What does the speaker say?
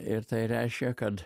ir tai reiškia kad